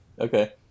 Okay